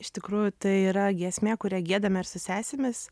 iš tikrųjų tai yra giesmė kurią giedame ir su sesėmis